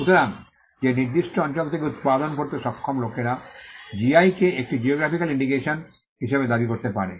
সুতরাং যে নির্দিষ্ট অঞ্চল থেকে উত্পাদন করতে সক্ষম লোকেরা জিআই কে একটি জিওগ্রাফিকাল ইন্ডিকেশন হিসাবে দাবি করতে পারে